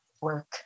work